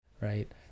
right